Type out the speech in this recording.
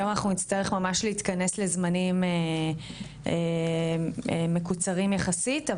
היום אנחנו נצטרך להתכנס לזמנים מקוצרים יחסית,